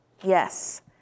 Yes